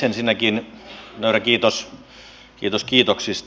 ensinnäkin nöyrä kiitos kiitos kiitoksista